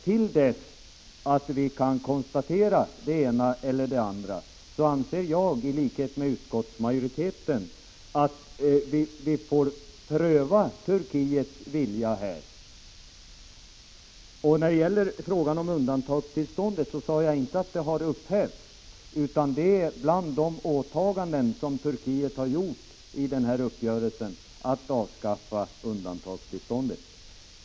Till dess att vi kan konstatera det ena eller det andra anser jag emellertid i likhet med utskottsmajoriteten att vi får pröva Turkiets vilja härvidlag. Jag sade inte att undantagstillståndet har upphävts, utan jag sade att det bland åtaganden som Turkiet genom uppgörelsen har gjort ingår att avskaffa undantagstillståndet.